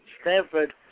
Stanford